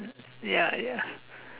ya ya